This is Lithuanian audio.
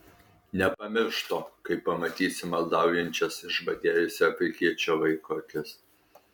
nepamiršk to kai pamatysi maldaujančias išbadėjusio afrikiečio vaiko akis